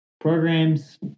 programs